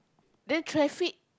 then traffic